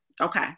Okay